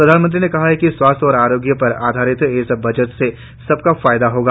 प्रधानमंत्री ने कहा कि स्वास्थ्य और आरोग्य पर आधारित इस बजट से सबको फायदा होगा